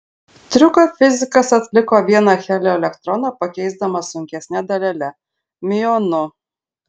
triuką fizikas atliko vieną helio elektroną pakeisdamas sunkesne dalele miuonu